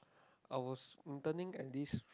I was routeing at this